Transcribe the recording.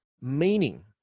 meaning